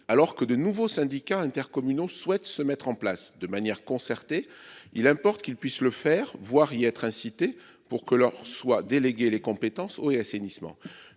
alors que de nouveaux syndicats intercommunaux souhaite se mettre en place de manière concertée il importe qu'il puisse le faire voir y être incité pour que leur soit déléguer les compétences eau et assainissement.